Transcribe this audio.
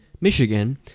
Michigan